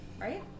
Right